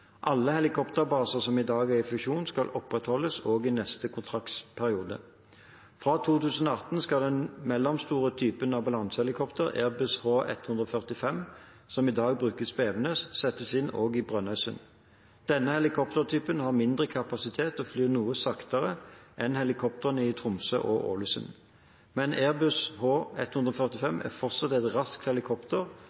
Alle helikopterbaser som i dag er i funksjon, skal opprettholdes også i neste kontraktsperiode. Fra 2018 skal den mellomstore typen ambulansehelikopter, Airbus H145, som i dag brukes på Evenes, settes inn også i Brønnøysund. Denne helikoptertypen har mindre kapasitet og flyr noe saktere enn helikoptrene i Tromsø og Ålesund. Men